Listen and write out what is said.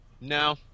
no